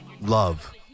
love